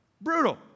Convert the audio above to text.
brutal